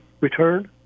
return